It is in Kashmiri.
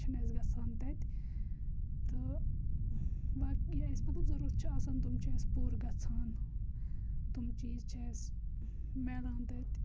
چھنہٕ اَسہِ گَژھان تَتہِ تہٕ باقٕے اَسہِ مَطلَب ضرورت چھ آسان تِم چھِ اَسہِ پورٕ گَژھان تِم چیز چھ اَسہِ میلان تَتہِ